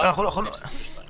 אולי הוא נידון מחוץ לחדר פה,